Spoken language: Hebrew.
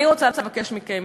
אני רוצה לבקש מכם,